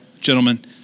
gentlemen